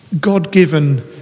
God-given